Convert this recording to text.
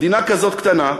מדינה כזאת קטנה,